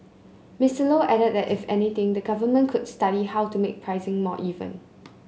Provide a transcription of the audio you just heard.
Mister Low added that if anything the Government could study how to make pricing more even